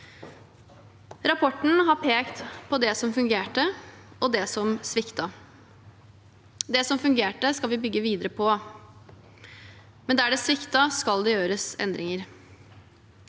Rapporten har pekt på det som fungerte, og det som sviktet. Det som fungerte, skal vi bygge videre på, men der det sviktet, skal det gjøres endringer.